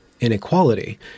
Inequality –